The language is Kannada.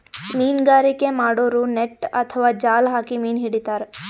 ಮೀನ್ಗಾರಿಕೆ ಮಾಡೋರು ನೆಟ್ಟ್ ಅಥವಾ ಜಾಲ್ ಹಾಕಿ ಮೀನ್ ಹಿಡಿತಾರ್